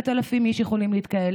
10,000 איש יכולים להתקהל,